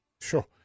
Sure